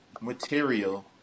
material